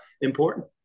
important